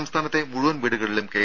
സംസ്ഥാനത്തെ മുഴുവൻ വീടുകളിലും കെ